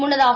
முன்னதாக